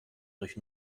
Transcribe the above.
durch